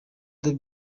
the